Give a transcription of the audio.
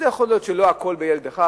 ויכול להיות שלא הכול בילד אחד,